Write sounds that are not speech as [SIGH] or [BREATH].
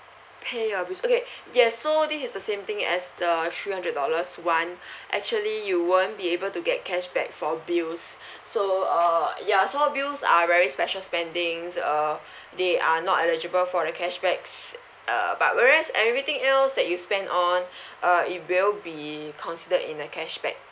pay your bills okay [BREATH] yes so this is the same thing as the three hundred dollars [one] [BREATH] actually you won't be able to get cashback for bills [BREATH] so uh ya so bills are very special spendings err [BREATH] they are not eligible for the cashbacks uh but whereas everything else that you spend on [BREATH] uh it will be considered in a cashback